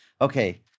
okay